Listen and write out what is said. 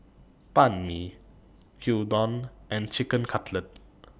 Banh MI Gyudon and Chicken Cutlet